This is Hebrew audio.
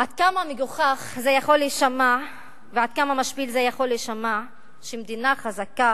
עד כמה מגוחך זה יכול להישמע ועד כמה משפיל זה יכול להישמע שמדינה חזקה